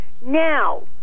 Now